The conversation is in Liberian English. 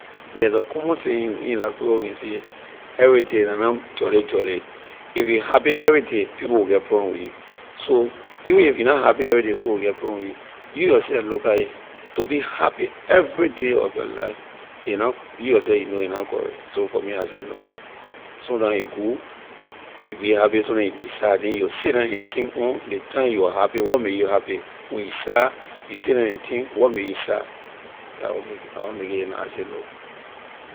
There’s a common saying in liberia we can say everyday la na jolly jolly if you happy everyday people will get problem with you so even if you na happy everyday you yourself looka it to be happy everyday of your life a na you yourself you know a na correct so for me I say no sometime a good you be happy sometime you be sad then you will sit down and think on ley time you wor happy what made you happy when you sad you sit down and think what made you sad la what la what make it I say no.